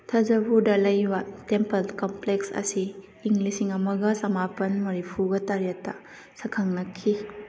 ꯊꯖꯚꯨꯔꯗ ꯂꯩꯕ temple complex ꯑꯁꯤ ꯏꯪ ꯂꯤꯁꯤꯡ ꯑꯃꯒ ꯆꯃꯥꯄꯜ ꯃꯔꯤꯐꯨꯒ ꯇꯔꯦꯠꯇ ꯁꯛꯈꯪꯂꯛꯈꯤ